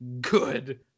good